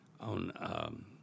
on